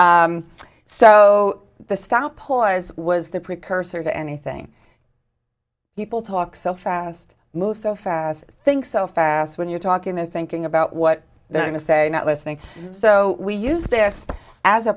poised was the precursor to anything people talk so fast moves so fast think so fast when you're talking and thinking about what they're going to say not listening so we use this as a